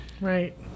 Right